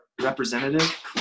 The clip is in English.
representative